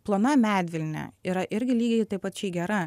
plona medvilnė yra irgi lygiai taip pat gera